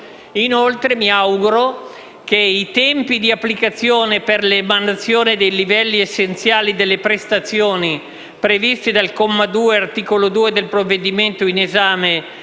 inoltre che i tempi per l'applicazione e l'emanazione dei livelli essenziali delle prestazioni previsti dal comma 2, articolo 2, del provvedimento in esame